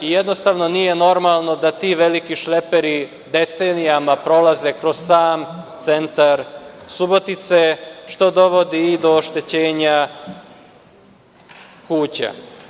I jednostavno nije normalno da ti veliki šleperi decenijama prolaze kroz sam centar Subotice, što dovodi i do oštećenja kuća.